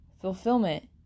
fulfillment